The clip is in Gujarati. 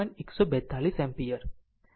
142 એમ્પીયર